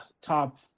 top